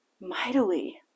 Mightily